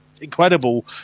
incredible